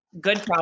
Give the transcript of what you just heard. good